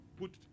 put